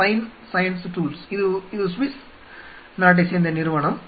fine Science Tools இது Swiss நிறுவனம்